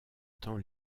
temps